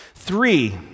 Three